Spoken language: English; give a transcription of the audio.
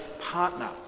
partner